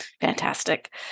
Fantastic